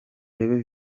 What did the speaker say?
urebe